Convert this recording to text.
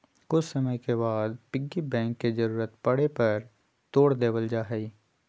कुछ समय के बाद पिग्गी बैंक के जरूरत पड़े पर तोड देवल जाहई